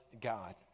God